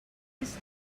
his